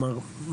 כלומר,